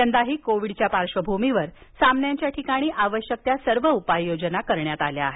यंदाही कोविडच्या पार्श्वभूमीवर सामन्यांच्या ठिकाणी आवश्यक सर्व उपाययोजना करण्यात आल्या आहेत